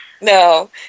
No